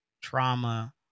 trauma